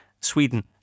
Sweden